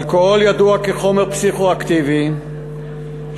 אלכוהול ידוע כחומר פסיכו-אקטיבי שעלול